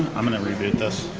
i'm going to reboot this.